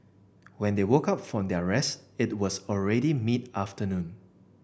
when they woke up from their rest it was already mid afternoon